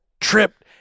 tripped